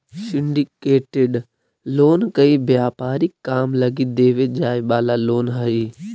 syndicated loan कोई व्यापारिक काम लगी देवे जाए वाला लोन हई